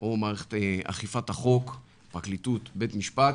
או מערכת אכיפת החוק, פרקליטות, בית משפט,